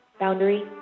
Boundary